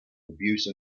abuse